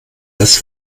dass